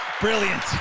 Brilliant